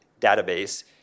database